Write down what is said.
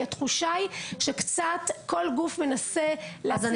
התחושה היא שקצת כל גוף מנסה --- אז אני